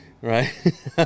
right